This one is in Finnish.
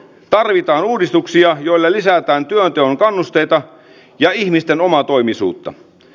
tarvitaan uudistuksia joilla lisätään työnteon kannusteita ja ihmisten omatoimisuutta